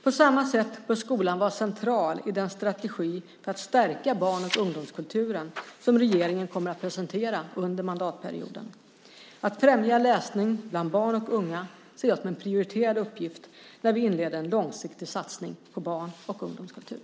På samma sätt bör skolan vara central i den strategi för att stärka barn och ungdomskulturen som regeringen kommer att presentera under mandatperioden. Att främja läsning bland barn och unga ser jag som en prioriterad uppgift när vi inleder en långsiktig satsning på barn och ungdomskultur.